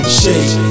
shake